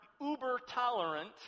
uber-tolerant